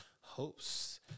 Hopes